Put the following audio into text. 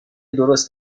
درست